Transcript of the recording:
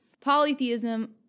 Polytheism